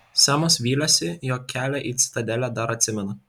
semas vylėsi jog kelią į citadelę dar atsimena